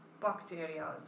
bacteria